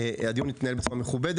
אנחנו